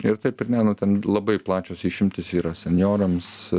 ir taip ir ne nu ten labai plačios išimtys yra senjorams